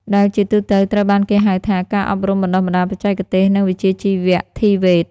ដែលជាទូទៅត្រូវបានគេហៅថា ការអប់រំបណ្ដុះបណ្ដាលបច្ចេកទេស និងវិជ្ជាជីវៈ (TVET)។